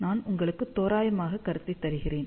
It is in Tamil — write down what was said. நான் உங்களுக்கு தோராயமான கருத்தை தருகிறேன்